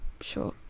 sure